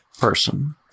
person